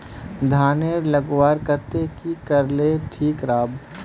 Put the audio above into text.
धानेर लगवार केते की करले ठीक राब?